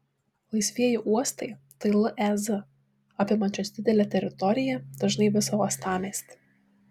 laisvieji uostai tai lez apimančios didelę teritoriją dažnai visą uostamiestį